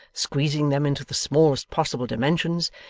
squeezing them into the smallest possible dimensions,